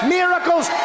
miracles